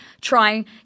trying